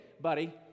buddy